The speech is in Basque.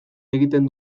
egiten